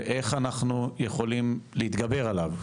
ואיך אנחנו יכולים להתגבר עליו,